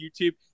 YouTube